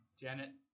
Janet